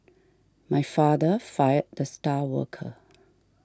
my father fired the star worker